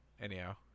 Anyhow